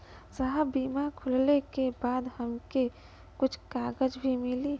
साहब बीमा खुलले के बाद हमके कुछ कागज भी मिली?